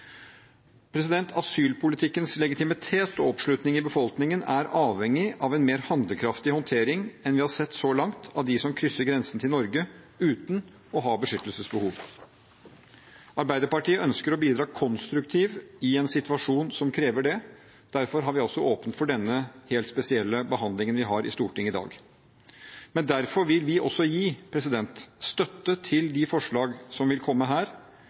Asylpolitikkens legitimitet og oppslutning i befolkningen er avhengig av en mer handlekraftig håndtering av dem som krysser grensen til Norge uten å ha beskyttelsesbehov, enn vi har sett så langt. Arbeiderpartiet ønsker å bidra konstruktivt i en situasjon som krever det. Derfor har vi altså åpnet for denne helt spesielle behandlingen vi har i Stortinget i dag. Derfor vil vi også gi støtte til de forslag som vil komme her,